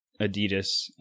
Adidas